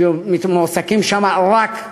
שמועסקים שם רק,